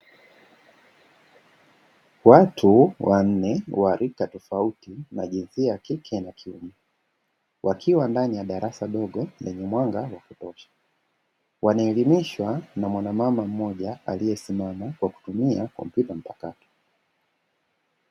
Watu waalika tofauti wa jinsia ya kike na kiume wakiwa ndani ya darasa dogo lenye mwanga wa kutosha, wanaelimishwa na mwanamama mmoja aliyesimama, kwa kutumia kompyuta mpakato.